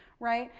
right.